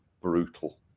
brutal